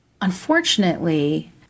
Unfortunately